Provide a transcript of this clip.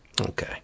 okay